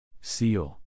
Seal